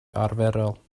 arferol